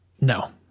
No